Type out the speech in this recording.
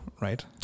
Right